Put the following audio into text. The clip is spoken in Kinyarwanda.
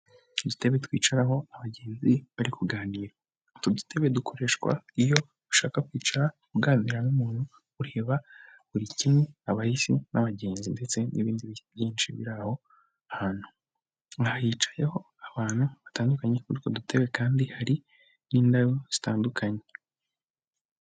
Udutebe twicaraho abagenzi bari kuganira, utwo dutebe dukoreshwa iyo ushaka kwicara uganira n'umuntu, ureba buri kimwe abahisi, n'abagenzi ndetse n'ibindi bice byinshi biri aho, aha hahicayeho abantu batandukanye, kuri utwo dutebe kandi hari n'indabo zitandukanye.